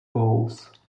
poles